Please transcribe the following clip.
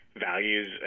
values